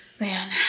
Man